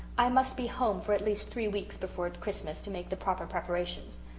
i must be home for at least three weeks before christmas to make the proper preparations.